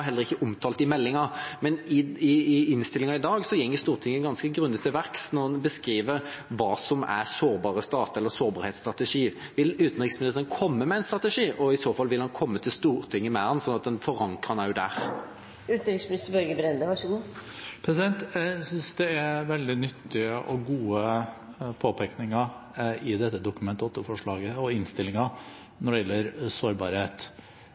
heller ikke omtalt i meldinga. Men i innstillinga i dag går Stortinget ganske grundig til verks når vi beskriver hva som er sårbare stater eller sårbarhetsstrategi. Vil utenriksministeren komme med en strategi? Og vil han i så fall komme til Stortinget med den, sånn at han også forankrer den her? Jeg synes det er veldig nyttige og gode påpekninger i dette Dokument 8-forslaget og i innstillingen når det gjelder sårbarhet.